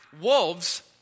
wolves